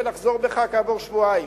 ולחזור בך כעבור שבועיים.